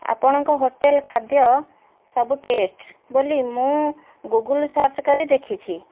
ଆପଣଙ୍କ ହୋଟେଲ ଖାଦ୍ୟ ସବୁ ଟେଷ୍ଟ ବୋଲି ମୁଁ ଗୁଗଲ୍ ସର୍ଚ୍ଚ କରି ଦେଖିଛି